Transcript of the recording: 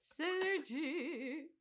Synergy